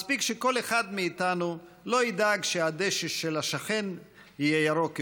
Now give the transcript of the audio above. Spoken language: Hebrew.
מספיק שכל אחד מאיתנו לא ידאג שהדשא של השכן יהיה ירוק יותר,